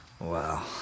Wow